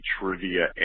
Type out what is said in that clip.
trivia